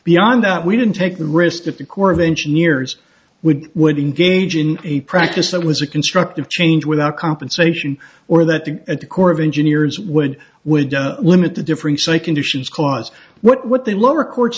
beyond that we didn't take the risk if the corps of engineers would would engage in a practice that was a constructive change without compensation or that the at the corps of engineers would would limit the differing say conditions clause what they lower court's